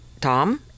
Tom